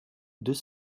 deux